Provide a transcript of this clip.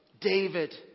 David